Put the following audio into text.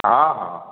ହଁ ହଁ